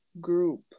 group